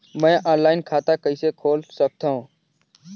मैं ऑनलाइन खाता कइसे खोल सकथव?